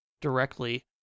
directly